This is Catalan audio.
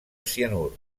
cianur